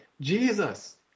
Jesus